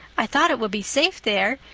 i thought it would be safe there.